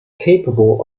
capable